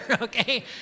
okay